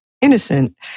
innocent